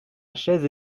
chaise